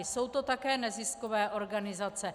Jsou to také neziskové organizace.